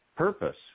Purpose